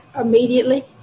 immediately